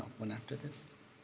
one after this.